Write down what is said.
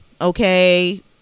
okay